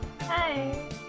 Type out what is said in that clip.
Hi